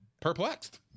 perplexed